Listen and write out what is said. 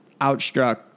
outstruck